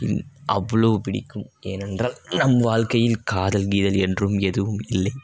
அவ்வளோ பிடிக்கும் ஏனென்றால் நம் வாழ்க்கையில் காதல் கீதல் என்றும் எதுவும் இல்லை